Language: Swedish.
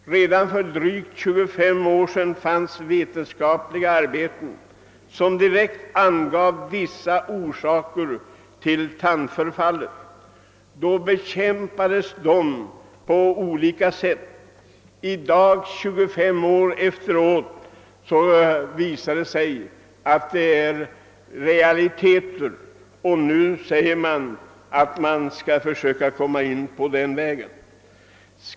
Redan för mer än 25 år sedan angavs tandförfallets orsaker i vetenskapliga arbeten, men dessa vetenskapliga rön bestreds och motarbetades. I dag, 25 år senare, visar det sig att uppgifterna var riktiga, och nu försöker man gå den vägen.